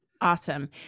Awesome